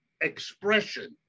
expression